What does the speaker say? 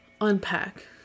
Unpack